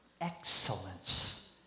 excellence